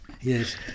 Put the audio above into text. Yes